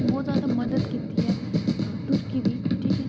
बहुत जादा मदद कीती ऐ तुर्की दी ठीक ऐ